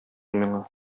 миңа